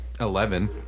Eleven